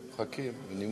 כבוד היושב-ראש,